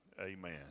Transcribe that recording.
Amen